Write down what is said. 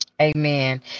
Amen